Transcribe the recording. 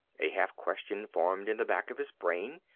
a half question formed in the back of his brain.